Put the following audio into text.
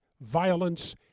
violence